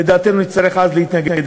לדעתנו נצטרך אז להתנגד.